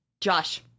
Josh